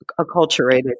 acculturated